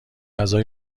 غذا